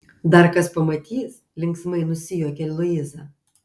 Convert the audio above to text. dar kas pamatys linksmai nusijuokia luiza